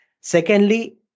Secondly